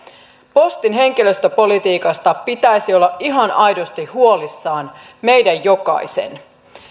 postin henkilöstöpolitiikasta pitäisi olla ihan aidosti huolissaan meidän jokaisen